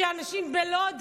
שאנשים בלוד,